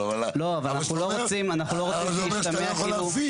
אבל זה אומר שאתה לא יכול להפעיל.